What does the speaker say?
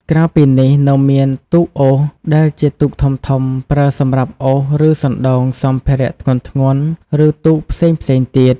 ក្រៅពីនេះ នៅមាន ទូកអូស ដែលជាទូកធំៗប្រើសម្រាប់អូសឬសណ្តោងសម្ភារៈធ្ងន់ៗ ឬទូកផ្សេងៗទៀត។